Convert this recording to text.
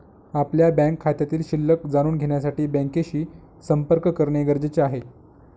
आपल्या बँक खात्यातील शिल्लक जाणून घेण्यासाठी बँकेशी संपर्क करणे गरजेचे आहे